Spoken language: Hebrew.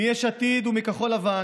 מיש עתיד ומכחול לבן,